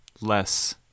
Less